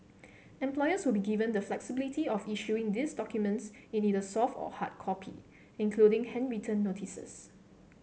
employers will be given the flexibility of issuing these documents in either soft or hard copy including handwritten notices